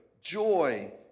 joy